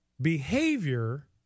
behavior